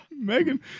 Megan